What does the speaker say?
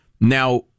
now